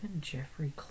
Jeffrey